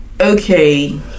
okay